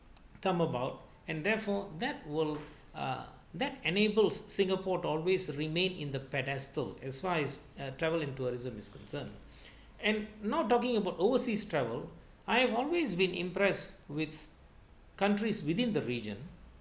come about and therefore that would uh that enables singapore always remain in the pedestal as far as uh travel and tourism is concerned and not talking about overseas travel I have always been impressed with countries within the region